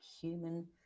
human